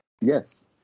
Yes